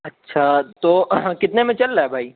اچّھا تو کتنے میں چل رہا بھائی